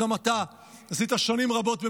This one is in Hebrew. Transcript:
שגם אתה עשית שנים רבות במילואים.